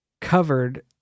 covered